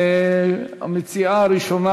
המציעה הראשונה,